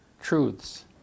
truths